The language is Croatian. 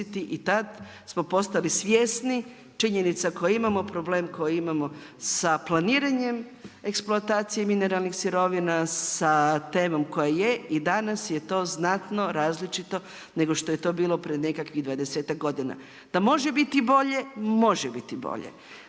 i tad smo postali svjesni činjenica koje imamo, problem koji imamo sa planiranjem eksploatacije mineralnih sirovina, sa temom koja je. I danas je to znatno različito nego što je to bilo pred nekakvih dvadesetak godina. Da može biti bolje, može biti bolje.